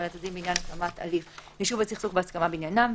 לצדדים בעניין התאמת הליך יישוב הסכסוך בהסכמה בעניינם,